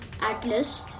Atlas